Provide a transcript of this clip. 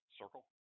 circle